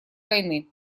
войны